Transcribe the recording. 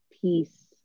piece